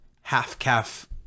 half-calf